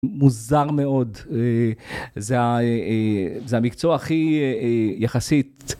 מוזר מאוד, זה המקצוע הכי יחסית.